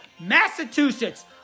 Massachusetts